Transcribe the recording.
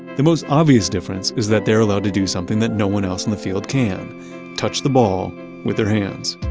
the most obvious difference is that they're allowed to do something that no one else on the field can touch the ball with their hands.